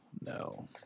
No